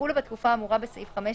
יחולו בתקופה האמורה בסעיף 5,